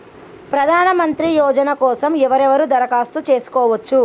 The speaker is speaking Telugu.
ప్రధానమంత్రి యోజన కోసం ఎవరెవరు దరఖాస్తు చేసుకోవచ్చు?